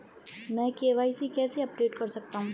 मैं के.वाई.सी कैसे अपडेट कर सकता हूं?